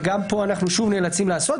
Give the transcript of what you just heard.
גם פה אנחנו נאלצים לעשות,